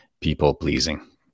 people-pleasing